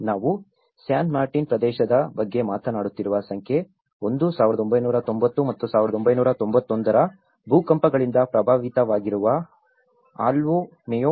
ನಾವು San Martin ಪ್ರದೇಶದ ಬಗ್ಗೆ ಮಾತನಾಡುತ್ತಿರುವ ಸಂಖ್ಯೆ 1 1990 ಮತ್ತು 1991 ರ ಭೂಕಂಪಗಳಿಂದ ಪ್ರಭಾವಿತವಾಗಿರುವ ಆಲ್ಟೊ ಮೇಯೊ